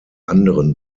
anderen